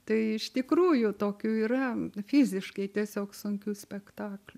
tai iš tikrųjų tokių yra fiziškai tiesiog sunkių spektaklių